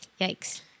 Yikes